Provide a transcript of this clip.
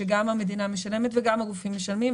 שגם המדינה משלמת וגם הגופים משלמים,